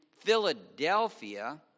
Philadelphia